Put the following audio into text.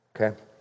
okay